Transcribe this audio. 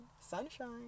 sunshine